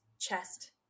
chest